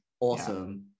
awesome